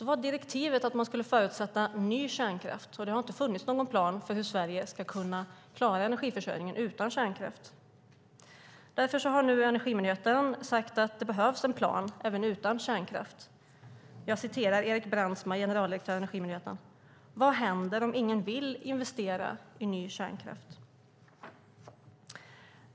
var direktivet att man skulle förutsätta ny kärnkraft. Det har inte funnits någon plan för hur Sverige ska kunna klara energiförsörjningen utan kärnkraft. Därför har nu Energimyndigheten sagt att det även behövs en plan utan kärnkraft. Jag citerar Erik Brandsma, generaldirektör för Energimyndigheten: "Vad händer om ingen vill investera i ny kärnkraft?"